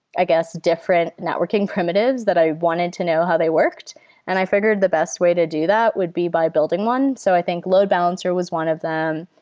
i guess, different networking primitives that i wanted to know how they worked and i fi gured the best way to do that would be by building one. so i think load balancer was one of them.